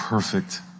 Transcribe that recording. perfect